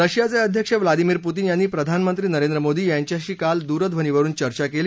रशियाचे अध्यक्ष Vladimir Putin यांनी प्रधानमंत्री नरेंद्र मोदी यांच्याशी काल दूरध्वनीवरुन चर्चा केली